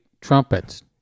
trumpets